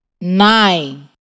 nine